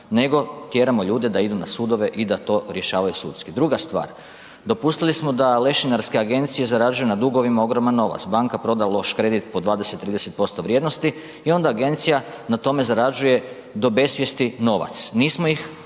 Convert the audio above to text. nego tjeramo ljude da idu na sudove i da to rješavaju sudski. Druga stvar, dopustili smo da lešinarske agencije zarađuju na dugovima ogroman novac, banka proda loš kredit po 20-30% vrijednosti i onda agencija na tome zarađuje do besvijesti novac. Nismo ih